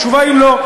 התשובה היא לא.